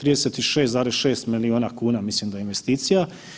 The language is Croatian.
36,6 milijuna kuna mislim da je investicija.